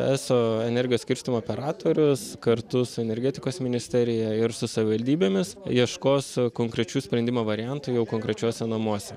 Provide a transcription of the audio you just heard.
eso energijos skirstymo operatorius kartu su energetikos ministerija ir su savivaldybėmis ieškos konkrečių sprendimo variantų jau konkrečiuose namuose